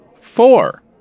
Four